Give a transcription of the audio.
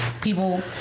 people